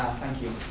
thank you.